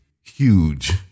huge